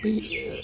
बै